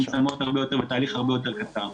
מצומצמות הרבה יותר ותהליך הרבה יותר קצר.